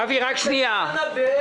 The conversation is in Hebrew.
--- בעת נעילה.